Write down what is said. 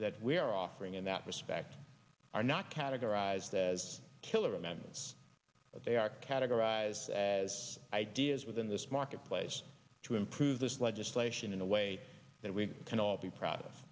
that we are offering in that respect are not categorized as killer amendments but they are categorized as ideas within this marketplace to improve this legislation in a way that we can all be proud of